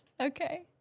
Okay